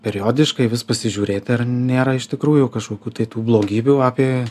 periodiškai vis pasižiūrėt ar nėra iš tikrųjų kažkokių tai tų blogybių apie